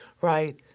right